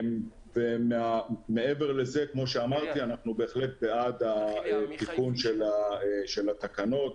מעבר לזה, אנחנו בהחלט בעד תיקון התקנות.